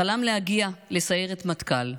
חלם להגיע לסיירת מטכ"ל,